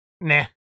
Nah